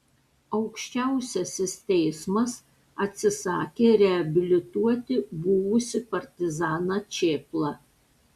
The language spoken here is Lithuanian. aukščiausiasis teismas atsisakė reabilituoti buvusį partizaną čėplą